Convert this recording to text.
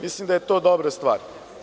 Mislim, da je to dobra stvar.